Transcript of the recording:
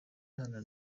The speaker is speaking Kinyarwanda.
iharanira